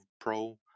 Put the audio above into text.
Pro